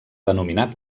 denominat